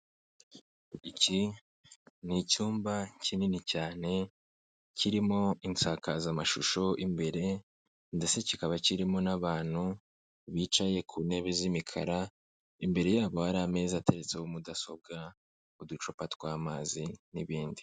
Iki ni icyumba kinini cyane kirimo insakazamashusho imbere ndetse kikaba kirimo n'abantu bicaye ku ntebe z'imikara, imbere yabo hari ameza ateretseho mudasobwa, uducupa tw'amazi n'ibindi.